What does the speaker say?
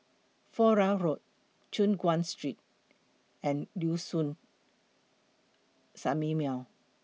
Flora Road Choon Guan Street and Liuxun Sanhemiao